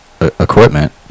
equipment